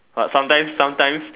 but sometime sometime